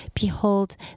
Behold